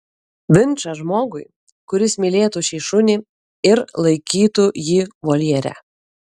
vinčą žmogui kuris mylėtų šį šunį ir laikytų jį voljere